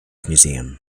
museum